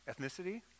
Ethnicity